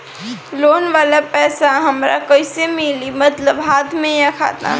Loan वाला पैसा हमरा कइसे मिली मतलब हाथ में या खाता में?